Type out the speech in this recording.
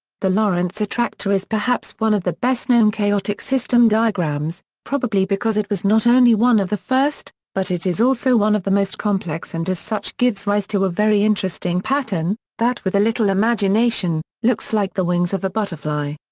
the lorenz attractor is perhaps one of the best-known chaotic system diagrams, probably because it was not only one of the first, but it is also one of the most complex and as such gives rise to a very interesting pattern, that with a little imagination, looks like the wings of a butterfly.